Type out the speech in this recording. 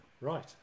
Right